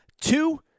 Two